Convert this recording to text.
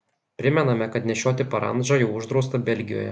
primename kad nešioti parandžą jau uždrausta belgijoje